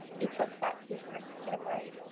he took that secret to the grave.